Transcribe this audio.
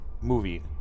movie